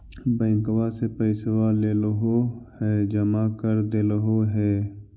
बैंकवा से पैसवा लेलहो है जमा कर देलहो हे?